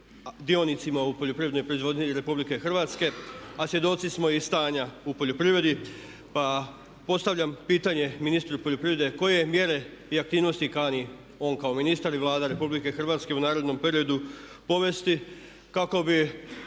dionicima u poljoprivrednoj proizvodnji RH a svjedoci smo i stanja u poljoprivredi pa postavljam pitanje ministru poljoprivrede koje mjere i aktivnosti kani on kao ministar i Vlada RH u narednom periodu povesti kako bi